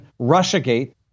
RussiaGate